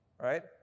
right